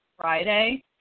Friday